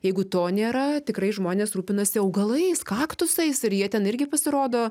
jeigu to nėra tikrai žmonės rūpinasi augalais kaktusais ir jie ten irgi pasirodo